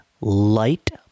light